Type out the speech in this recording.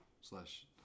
Slash